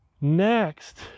next